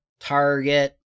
target